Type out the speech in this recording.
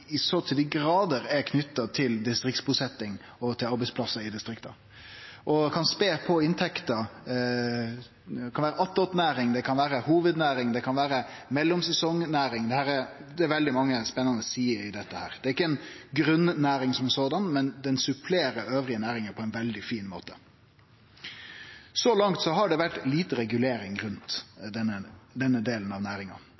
så til dei gradar er knytt til distriktsbusetjing og til arbeidsplassar i distrikta. Ein kan spe på inntekta ved at det kan vere ei attåtnæring, ei hovudnæring eller ei mellomsesongnæring – det er veldig mange spennande sider ved dette. Det er såleis ikkje ei grunnæring, men ho supplerer andre næringar på ein veldig fin måte. Så langt har det vore lite regulering rundt denne delen av næringa.